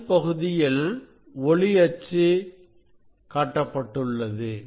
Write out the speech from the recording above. முதல் பகுதியில் ஒளி அச்சு காட்டப்பட்டுள்ளது